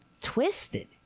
Twisted